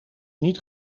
niet